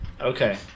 Okay